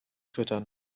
füttern